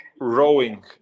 rowing